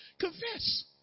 Confess